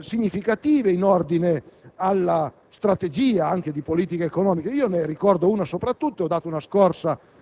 significative in ordine alla strategia, anche di politica economica. Ne ricordo soprattutto una. Ho dato una scorsa